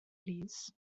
plîs